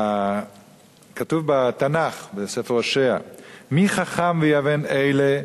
כתוב בתנ"ך בספר הושע: "מי חכם ויבן אלה,